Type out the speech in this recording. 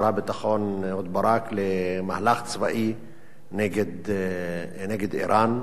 הביטחון אהוד ברק לצאת למהלך צבאי נגד אירן,